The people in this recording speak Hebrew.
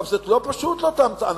זה לא פשוט לאותם אנשים,